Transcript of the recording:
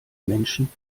menschen